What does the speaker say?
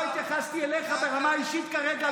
לא התייחסתי אליך ברמה האישית כרגע.